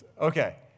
Okay